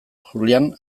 julian